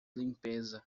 limpeza